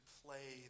play